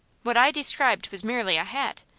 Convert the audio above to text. what i described was merely a hat.